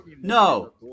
no